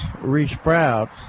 re-sprouts